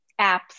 apps